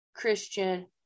christian